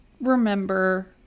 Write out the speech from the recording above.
remember